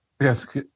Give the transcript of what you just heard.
yes